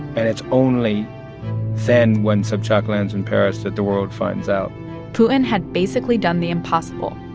and it's only then when sobchak lands in paris that the world finds out putin had basically done the impossible,